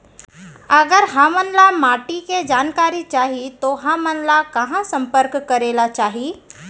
अगर हमन ला माटी के जानकारी चाही तो हमन ला कहाँ संपर्क करे ला चाही?